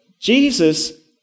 Jesus